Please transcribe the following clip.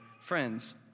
friends